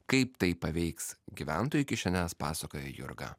kaip tai paveiks gyventojų kišenes pasakoja jurga